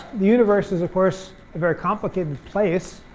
the universe is, of course, a very complicated place.